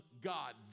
God